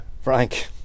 Frank